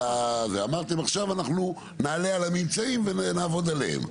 אמרתם עכשיו אנחנו נעלה על הממצאים ונעבוד עליהם?